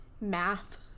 Math